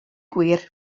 gwir